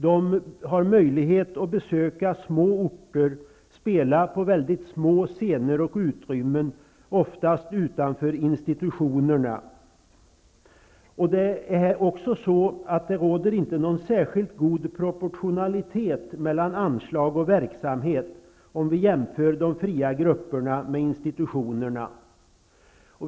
De har möjlighet att besöka små orter och spela på väldigt små scener och i små utrymmen, oftast utanför institutionerna. Det råder inte någon särskilt god proportionalitet mellan anslag och verksamhet om vi jämför de fria grupperna med institutionerna.